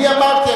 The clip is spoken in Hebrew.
אני אמרתי,